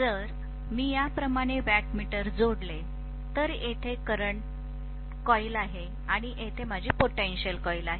जर मी याप्रमाणे वॅटमीटरला जोडले तर येथे माझी करंट कॉइल आहे आणि येथे माझी पोटेंशल कॉइल आहे